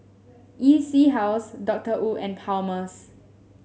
EC House Doctor Wu and Palmer's